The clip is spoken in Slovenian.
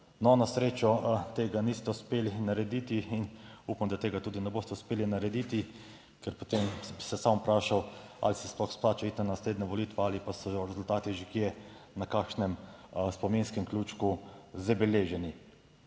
No, na srečo tega niste uspeli narediti in upam, da tega tudi ne boste uspeli narediti, ker potem bi se sam vprašal ali se sploh splača iti na naslednje volitve ali pa so rezultati že kje na kakšnem spominskem ključku zabeleženi?